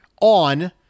on